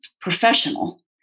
professional